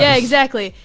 yeah exactly.